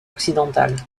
occidentale